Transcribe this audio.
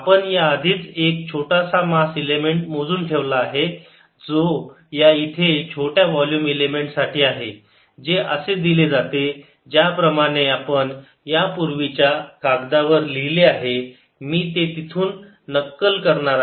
आपण या आधीच एक छोटासा मास इलेमेंट मोजून ठेवला आहे जो या इथे छोट्या वोल्युम इलेमेंट साठी आहे जे असे दिले जाते ज्याप्रमाणे आपण यापूर्वीच्या कागदावर लिहिले आहे मी ते इथून नक्कल करणार आहे